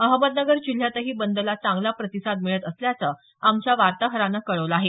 अहमदनगर जिल्ह्यातही बंदला चांगला प्रतिसाद मिळत असल्याचं आमच्या वार्ताहरानं कळवलं आहे